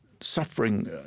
suffering